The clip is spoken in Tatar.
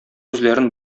үзләрен